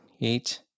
eight